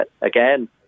again